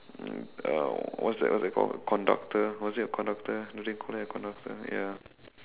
uh what's that what's that called conductor was it a conductor do they call it a conductor ya